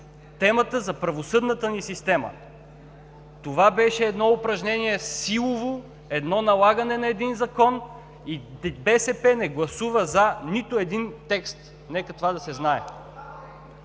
темата за правосъдната ни система. Това беше едно силово упражнение, едно налагане на един Закон и БСП не гласува „за“ нито един текст! Нека това да се знае!